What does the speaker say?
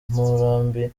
murambi